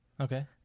Okay